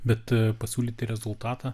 bet pasiūlyti rezultatą